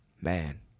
Man